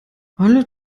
alle